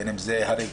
בין אם זה הריגה,